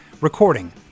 recording